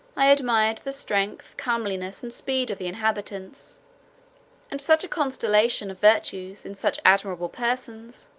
i admired the strength, comeliness, and speed of the inhabitants and such a constellation of virtues, in such amiable persons,